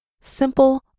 Simple